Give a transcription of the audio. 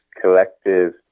collective